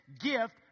gift